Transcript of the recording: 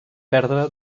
perdre